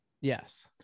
Yes